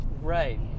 right